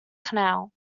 canal